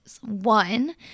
One